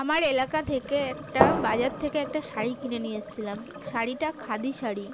আমার এলাকা থেকে একটা বাজার থেকে একটা শাড়ি কিনে নিয়ে এসছিলাম শাড়িটা খাদি শাড়ি